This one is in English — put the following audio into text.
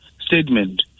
statement